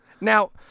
Now